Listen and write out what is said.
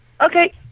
Okay